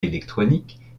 électronique